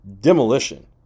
demolition